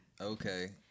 Okay